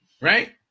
right